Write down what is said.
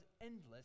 endless